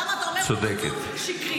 למה אתה אומר פה נתון שקרי.